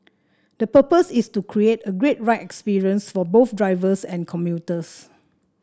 the purpose is to create a great ride experience for both drivers and commuters